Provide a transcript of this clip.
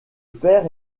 père